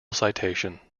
citation